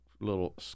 little